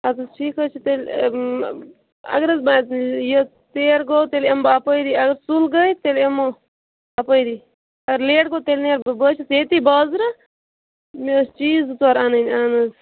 ادٕ حَظ ٹھیٖک چھُ تیٚلہِ اگر حَظ بہ یہِ ژیٖر گوو تیٚلہِ یِمہٕ بہٕ اپٲری اگر سُل گٔے تیفلہِ یِمو اپٲری اگر لیٹ گوو تیٚلہِ نیرٕ بہٕ بہٕ حَظ چھُس یتی بازرٕ مےٚ ٲسۍ چیٖز زٕ ژوٗر انٕنۍ